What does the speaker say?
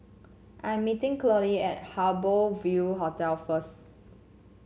I am meeting Claudie at Harbour Ville Hotel first